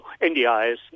NDIS